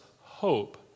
hope